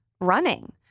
running